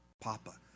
Papa